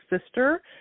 sister